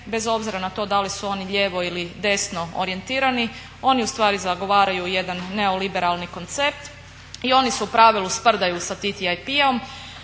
bez obzira na to da li su oni lijevo ili desno orijentirani. Oni ustvari zagovaraju jedan neoliberalni koncept i oni se u pravilu sprdaju sa TTIP-om,